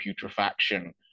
Putrefaction